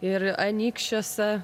ir anykščiuose